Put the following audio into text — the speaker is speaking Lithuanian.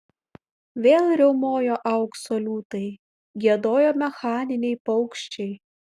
vėl riaumojo aukso liūtai giedojo mechaniniai paukščiai